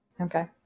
Okay